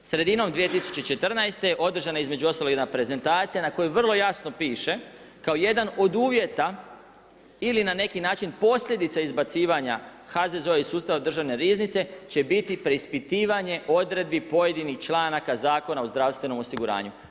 Sredinom 2014. održana je između ostalog jedna prezentacija na kojoj vrlo jasno piše kao jedan od uvjeta ili na neki način posljedica izbacivanja HZZO-a iz sustava državne riznice će biti preispitivanje odredbi pojedinih članaka zakona o zdravstvenom osiguranju.